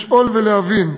לשאול ולהבין,